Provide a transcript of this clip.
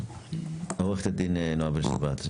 עו"ד נעה בן שבת.